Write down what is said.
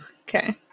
Okay